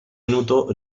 minuto